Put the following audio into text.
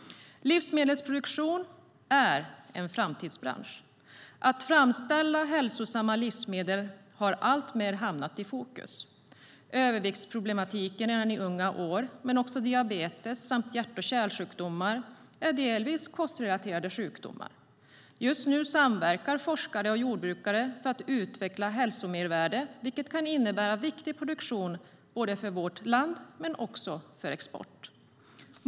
Livsmedelsproduktion är en framtidsbransch. Att framställa hälsosamma livsmedel har alltmer hamnat i fokus. Överviktsproblematiken redan i unga år men också diabetes samt hjärt-kärlsjukdomar är delvis kostrelaterade sjukdomar. Just nu samverkar forskare och jordbrukare för att utveckla hälsomervärde, vilket kan innebära viktig produktion både för vårt land och för export.